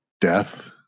death